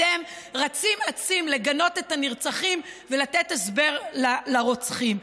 אתם רצים אצים לגנות את הנרצחים ולתת הסבר לרוצחים.